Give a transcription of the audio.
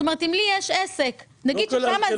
זאת אומרת, אם לי יש עסק --- לא כל אשקלון.